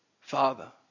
Father